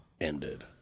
ended